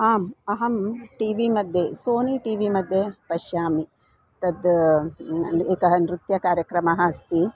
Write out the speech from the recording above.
आम् अहं टी वीमध्ये सोनी टि विमध्ये पश्यामि तद् एकः नृत्यकार्यक्रमः अस्ति